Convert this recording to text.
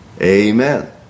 Amen